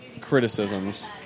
criticisms